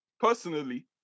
personally